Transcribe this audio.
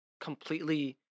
completely